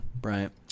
Bryant